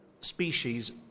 species